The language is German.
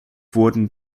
wurden